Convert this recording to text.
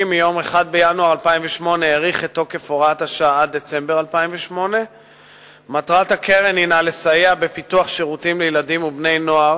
מיום 1 בינואר 2008 האריך את תוקף הוראת השעה עד דצמבר 2008. מטרת הקרן הינה לסייע בפיתוח שירותים לילדים ובני-נוער